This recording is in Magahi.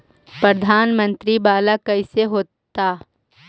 प्रधानमंत्री मंत्री वाला कैसे होता?